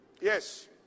Yes